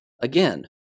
again